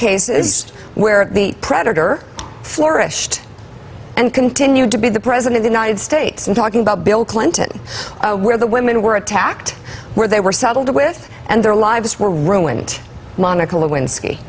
cases where the predator flourished and continued to be the president of the united states i'm talking about bill clinton where the women were attacked where they were saddled with and their lives were ruined monica lewinsky